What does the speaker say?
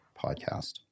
podcast